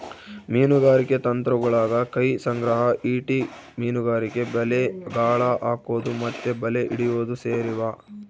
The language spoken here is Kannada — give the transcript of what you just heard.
ಮೀನುಗಾರಿಕೆ ತಂತ್ರಗುಳಗ ಕೈ ಸಂಗ್ರಹ, ಈಟಿ ಮೀನುಗಾರಿಕೆ, ಬಲೆ, ಗಾಳ ಹಾಕೊದು ಮತ್ತೆ ಬಲೆ ಹಿಡಿಯೊದು ಸೇರಿವ